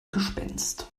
gespenst